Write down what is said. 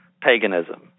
paganism